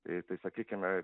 tai tai sakykime